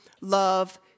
love